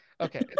Okay